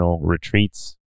retreats